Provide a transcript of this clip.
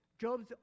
Job's